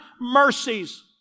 mercies